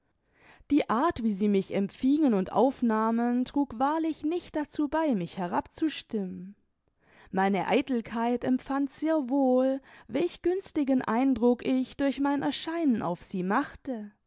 die art wie sie mich empfingen und aufnahmen trug wahrlich nicht dazu bei mich herabzustimmen meine eitelkeit empfand sehr wohl welch günstigen eindruck ich durch mein erscheinen auf sie machte